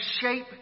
shape